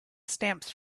stamps